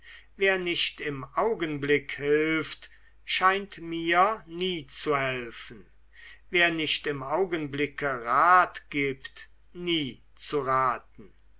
wer nicht im augenblick hilft scheint mir nie zu helfen wer nicht im augenblicke rat gibt nie zu raten